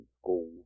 school